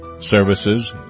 services